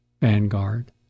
Vanguard